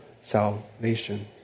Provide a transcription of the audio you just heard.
salvation